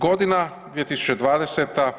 Godina 2020.